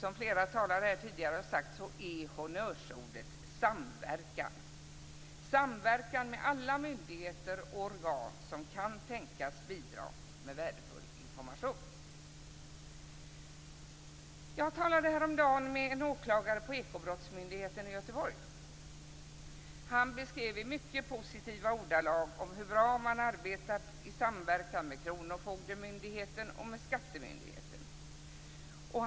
Som flera talare tidigare har sagt är honnörsordet samverkan; samverkan med alla myndigheter och organ som kan tänkas bidra med värdefull information. Jag talade häromdagen med en åklagare på Ekobrottsmyndigheten i Göteborg. Han beskrev i mycket positiva ordalag hur bra man arbetar i samverkan med kronofogdemyndigheten och skattemyndigheten.